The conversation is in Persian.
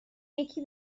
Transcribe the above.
یکی